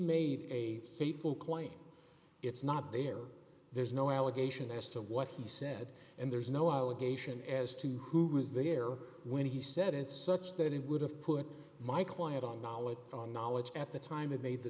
made a fateful claim it's not there there's no allegation as to what he said and there's no allegation as to who was there when he said it such that it would have put my client on knowledge on knowledge at the time it made the